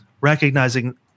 recognizing